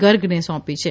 ગર્ગને સોપી છે